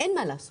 אין מה לעשות,